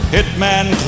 Hitman